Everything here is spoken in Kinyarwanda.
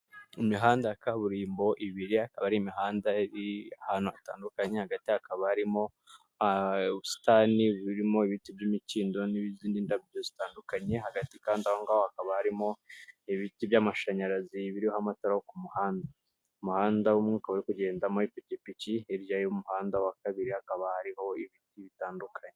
Imihanda ya kaburimbo ibiri, akaba ari imihanda iri ahantu hatandukanye, hagati hakaba harimo ubusitani burimo ibiti by'imikindo n'izindi ndabyo zitandukanye, hagati kandi aho ngaho hakaba harimo ibiti by'amashanyarazi biriho amatara ku muhanda. Umuhanda umwe ukaba uri kugendamo ipikipiki, hirya y'umuhanda wa kabiri hakaba hariho ibiti bitandukanye.